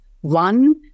One